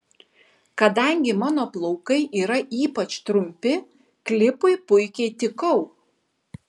kadangi mano plaukai yra ypač trumpi klipui puikiai tikau